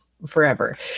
forever